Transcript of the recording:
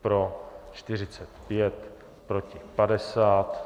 Pro 45, proti 50.